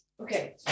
Okay